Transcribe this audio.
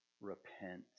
repent